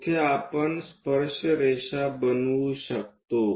तिथे आपण स्पर्श रेषा बनवू शकतो